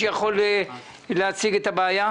שזה בעצם תחזית מזג אוויר,